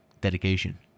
dedication